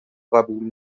قبول